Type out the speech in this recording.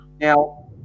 Now